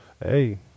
Hey